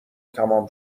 تموم